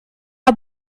are